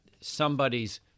somebody's